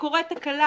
כשקורית תקלה